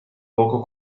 poco